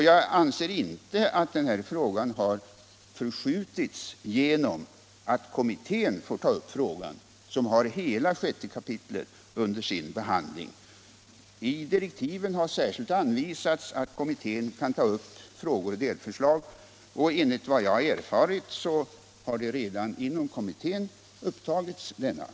Jag anser inte att denna fråga har förskjutits genom att den får tas upp av kommittén, som har hela 6 kap. under sin behandling. I direktiven har särskilt anvisats att kommittén kan ta upp frågor och delförslag, och enligt vad jag har erfarit har denna fråga redan tagits upp inom kommittén.